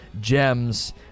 gems